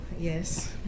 Yes